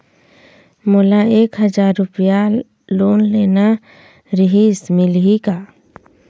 मोला एक हजार रुपया लोन लेना रीहिस, मिलही का?